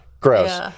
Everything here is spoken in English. Gross